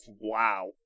Wow